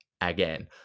again